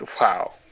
Wow